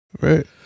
Right